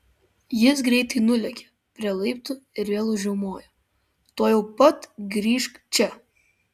jis greitai nulėkė prie laiptų ir vėl užriaumojo tuojau pat grįžk čia